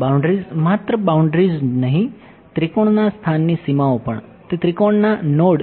boundaries માત્ર boundaries જ નહીં ત્રિકોણના સ્થાનની સીમાઓ પણ તે ત્રિકોણના નોડ